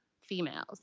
females